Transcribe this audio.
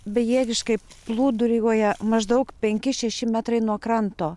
bejėgiškai plūduriuoja maždaug penki šeši metrai nuo kranto